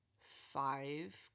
five